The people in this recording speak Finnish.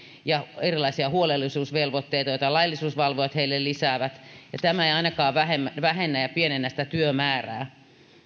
ja erilaisia huolellisuusvelvoitteita joita laillisuusvalvojat heille lisäävät ja tämä ei ainakaan vähennä ja pienennä sitä työmäärää